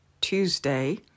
Tuesday